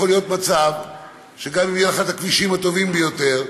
יכול להיות מצב שגם אם יהיו לך הכבישים הטובים ביותר,